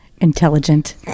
intelligent